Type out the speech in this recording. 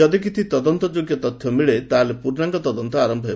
ଯଦି କିଛି ତଦନ୍ତଯୋଗ୍ୟ ତଥ୍ୟ ମିଳେ ତେବେ ପୂର୍ଣ୍ଣାଙ୍ଗ ତଦନ୍ତ ଆରମ୍ଭ ହେବ